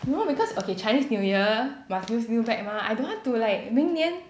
no because okay chinese new year must use new bag mah I don't want to like 明年